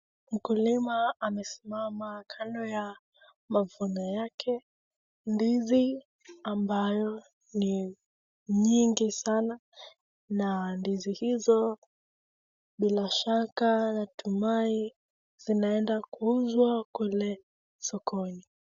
Mkulima amesimama kando ya mavuno yake, ndizi ambayo ni nyingi sana na ndizi hizo bila shaka natumai zinaenda kuuzwa kule sokoni.